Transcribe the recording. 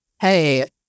hey